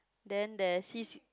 then there sea sick